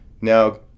now